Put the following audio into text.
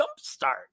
jumpstart